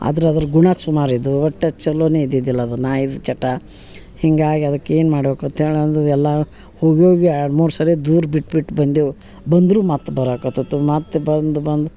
ಆದ್ರ ಅದ್ರ ಗುಣ ಸುಮಾರಿದ್ವ ಒಟ್ಟು ಚಲೋನೆ ಇದ್ದಿದಿಲ್ಲ ಅದು ನಾಯಿದ ಚಟ ಹಿಂಗಾಗಿ ಅದಕ್ಕೆ ಏನು ಮಾಡ್ಬೇಕತೆಳಿ ಎಲ್ಲ ಹೋಗಿ ಹೋಗಿ ಎರಡು ಮೂರು ಸರಿ ದೂರ ಬಿಟ್ಟು ಬಿಟ್ಟು ಬಂದೆವು ಬಂದರು ಮತ್ತೆ ಬರಕತತ್ತು ಮತ್ತು ಬಂದ ಬಂದ